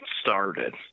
started